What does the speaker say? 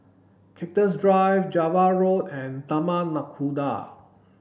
Cactus Drive Java Road and Taman Nakhoda